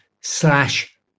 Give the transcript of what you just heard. slash